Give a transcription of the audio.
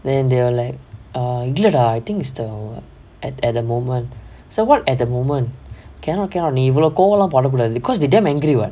then they are like err இல்லடா:illadaa I think is the at the moment so what at the moment cannot cannot நீ இவளவு கோவோலா படகூடாது:nee ivalavu kovolaa padakkoodaathu because they damn angry [what]